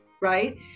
right